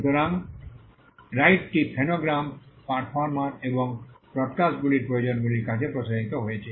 সুতরাং রাইটটি phonogram performer এবং ব্রডকাস্টারগুলির প্রযোজকগুলির কাছে প্রসারিত হয়েছে